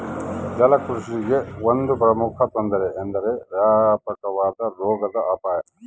ಜಲಕೃಷಿಗೆ ಒಂದು ಪ್ರಮುಖ ತೊಂದರೆ ಎಂದರೆ ವ್ಯಾಪಕವಾದ ರೋಗದ ಅಪಾಯ